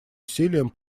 усилиям